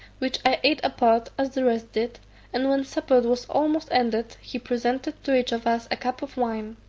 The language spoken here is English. which i ate apart, as the rest did and when supper was almost ended, he presented to each of us a cup of wine.